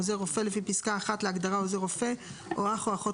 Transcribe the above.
עוזר רופא לפי פסקה (1) להגדרה עוזר רופא או אח או אחות